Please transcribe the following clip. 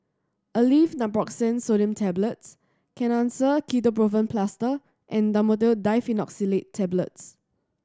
Aleve Naproxen Sodium Tablets Kenhancer Ketoprofen Plaster and Dhamotil Diphenoxylate Tablets